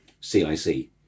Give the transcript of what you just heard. CIC